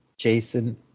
Jason